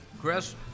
Chris